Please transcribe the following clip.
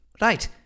Right